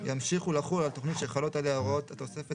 ימשיכו לחול על תכנית שחלות עליה הוראות התוספת